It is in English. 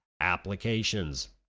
applications